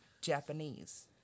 Japanese